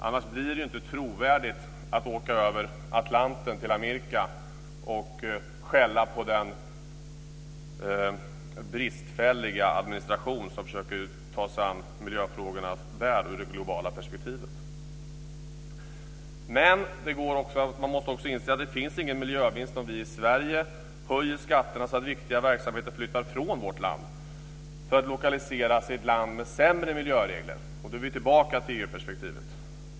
Annars blir det inte trovärdigt att åka över Atlanten till Amerika och skälla på den bristfälliga administration som försöker ta sig an miljöfrågorna där ur ett globalt perspektiv. Men man måste också inse att det inte finns någon miljövinst om vi i Sverige höjer skatterna så att viktiga verksamheter flyttar från vårt land för att lokaliseras i ett land med sämre miljöregler. Då är vi tillbaka till EU-perspektivet.